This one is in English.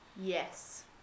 Yes